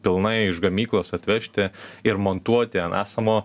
pilnai iš gamyklos atvežti ir montuoti ant esamo